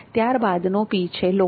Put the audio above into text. ત્યારબાદનો P છે લોકો